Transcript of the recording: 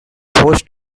hosts